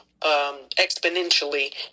exponentially